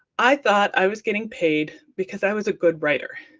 i thought i was getting paid because i was a good writer.